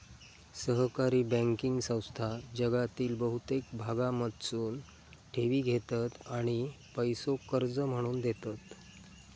सहकारी बँकिंग संस्था जगातील बहुतेक भागांमधसून ठेवी घेतत आणि पैसो कर्ज म्हणून देतत